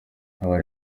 haba